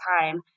time